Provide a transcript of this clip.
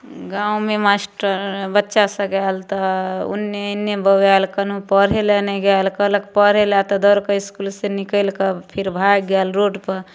गाममे मास्टर बच्चासभ गेल तऽ ओन्ने एन्ने बौआएल कोनो पढ़ैलए नहि गेल कहलक पढ़ैलए तऽ दौड़िके इसकुलसे निकलिके फेर भागि गेल रोडपर